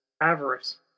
avarice